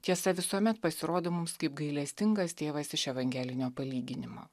tiesa visuomet pasirodo mums kaip gailestingas tėvas iš evangelinio palyginimo